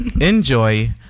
enjoy